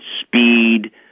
speed